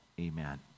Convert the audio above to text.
Amen